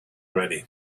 ready